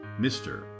Mr